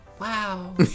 Wow